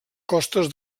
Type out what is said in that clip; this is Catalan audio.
costes